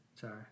Sorry